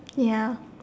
ya